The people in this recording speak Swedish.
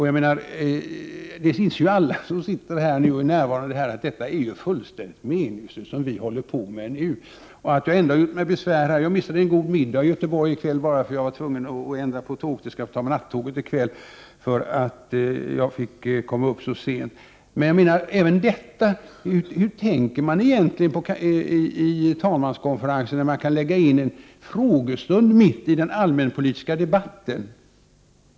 Jag har ändå gjort mig besvär — jag har missat en god middag i Göteborg bara för att jag var tvungen att ändra tågbiljetten och ta nattåget i kväll på grund av att jag fick komma upp så sent. Till min stora häpnad fann jag att det var frågestund kl. 14.30 — det är tydligen mycket viktigare än en allmänpolitisk debatt!